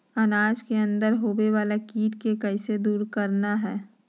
अनार के अंदर होवे वाला कीट के कैसे दूर करना है?